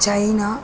China